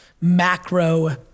macro